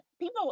people